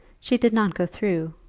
she did not go through,